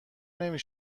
نمی